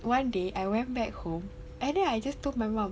one day I went back home and then I just told my mum